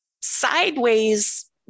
sideways